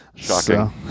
Shocking